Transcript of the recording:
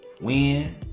Win